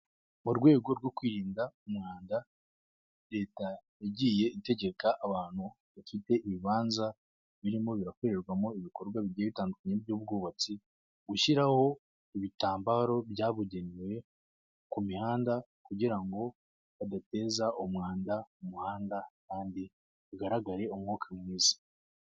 Mu rwego rwo kwirinda umwanda, leta yagiye itegeka abantu bafite ibibanza birimo birakorerwamo ibikorwa bigiye bitandukanye by'ubwubatsi, gushyiraho ibitambaro byabugenewe ku mihanda; kugira ngo badateza umwanda umuhanda kandi hagaragare umwuka mwiza.